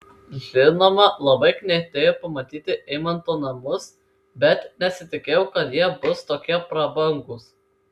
žinoma labai knietėjo pamatyti eimanto namus bet nesitikėjau kad jie bus tokie prabangūs